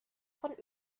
von